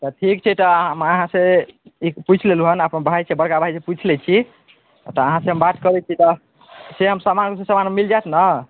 तऽ ठीक छै तऽ हम अहाँसे ई पुछि लेलहुँ हँ अपन भाइसे बड़का भाइसे पुछि लै छी तऽ अहाँसे हम बात करै छी तऽ से हम समान से समान मिलि जाएत ने